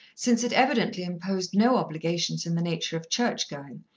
since it evidently imposed no obligations in the nature of church-going,